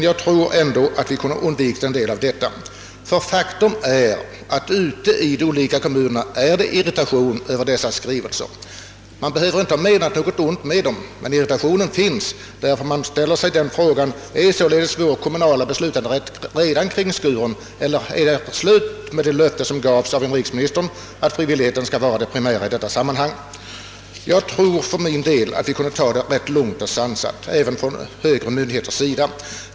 Jag tror ändå att vi hade kunnat undvika en del av denna irritation, som faktiskt råder ute i kommunerna över dessa skrivelser. Man behöver inte ha menat något ont med skrivelserna, men irritationen finns. Kommunalmännen ställer sig frågan: Är vår kommunala beslutanderätt redan kringskuren? Är det slut med det löfte som gavs av inrikesministern, att frivilligheten skulie vara det primära i detta sammanhang? För min del tror jag att vi kan ta det rätt lugnt och sansat — det gäller även högre myndigheter.